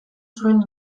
zuen